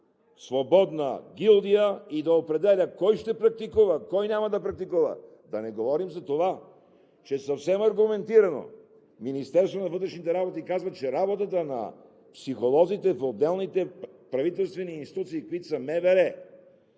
свободна гилдия и да определя кой ще практикува, кой няма да практикува, да не говорим за това, че съвсем аргументирано Министерството на вътрешните работи казва, че работата на психолозите в отделните правителствени институции, каквито са МВР,